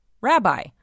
Rabbi